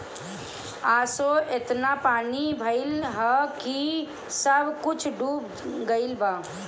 असो एतना पानी भइल हअ की सब कुछ डूब गईल बा